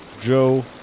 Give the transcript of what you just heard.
Joe